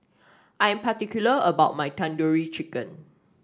I am particular about my Tandoori Chicken